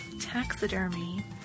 Taxidermy